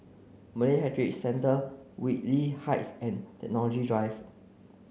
Malay Heritage Centre Whitley Heights and Technology Drive